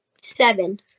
seven